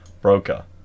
broker